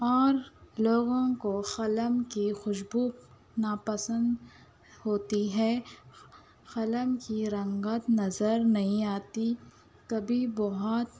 اور لوگوں کو قلم کی خوشبو نا پسند ہوتی ہے قلم کی رنگت نظر نہیں آتی تبھی بہت